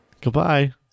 Goodbye